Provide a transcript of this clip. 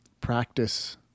practice